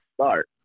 start